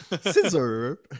Scissor